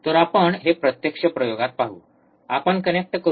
तर आपण हे प्रत्यक्ष प्रयोगात पाहू आपण कनेक्ट करू